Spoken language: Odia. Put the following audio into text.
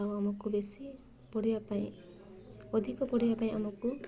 ଆଉ ଆମକୁ ବେଶୀ ପଢ଼ିବା ପାଇଁ ଅଧିକ ପଢ଼ିବା ପାଇଁ ଆମକୁ